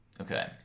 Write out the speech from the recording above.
Okay